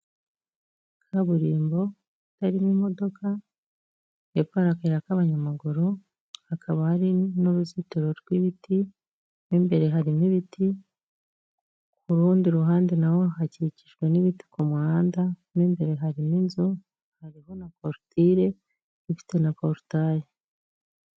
Kaburimbo harimo imodoka, hepfo hari akayira k'abanyamaguru, hakaba hari n'uruzitiro rw'ibiti, mo imbere harimo ibiti, ku rundi ruhande naho hakikijwe n'ibiti ku muhanda, mo imbere harimo inzu, hariho na koruture ifite na poritaye.